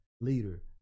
leader